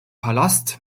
palast